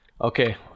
Okay